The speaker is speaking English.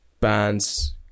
bands